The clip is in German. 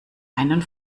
einen